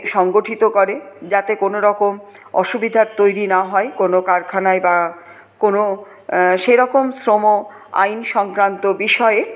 সংগঠিত করে যাতে কোনোরকম অসুবিধা আর তৈরি না হয় কোন কারখানায় বা কোন সেরকম শ্রম আইন সংক্রান্ত বিষয়ে